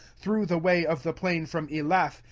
through the way of the plain from elath,